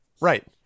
Right